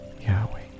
Yahweh